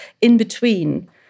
in-between